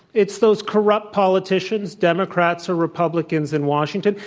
it's those corrupt politicians, democrats or republicans in washington.